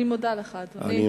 אני מודה לך, אדוני.